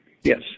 Yes